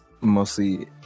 mostly